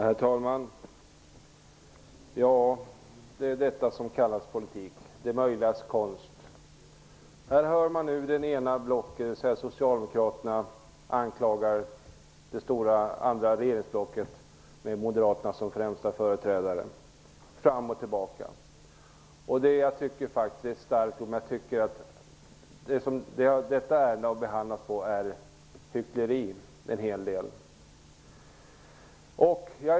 Herr talman! Detta kallas politik -- det möjligas konst. Här hör man nu hur det ena blocket, socialdemokraterna, anklagar det andra stora blocket, regeringsblocket med moderaterna som främsta företrädare, fram och tillbaka. Jag tycker att det sätt som detta ärende behandlats på kan liknas vid hyckleri.